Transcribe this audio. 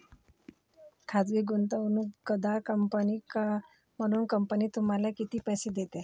खाजगी गुंतवणूकदार म्हणून कंपनी तुम्हाला किती पैसे देते?